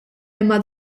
imma